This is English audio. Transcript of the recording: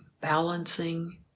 balancing